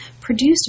produced